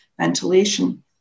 ventilation